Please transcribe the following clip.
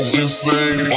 insane